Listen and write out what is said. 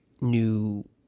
new